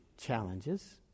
challenges